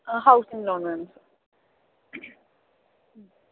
ആ housing loan വേണം sir ഉം